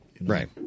Right